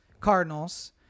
Cardinals